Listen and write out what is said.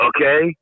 Okay